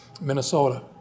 Minnesota